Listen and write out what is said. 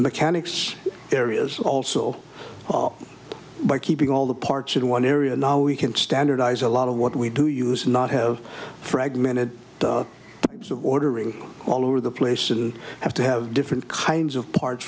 mechanics areas also by keeping all the parts in one area now we can standardize a lot of what we do use not have fragmented ordering all over the place and have to have different kinds of parts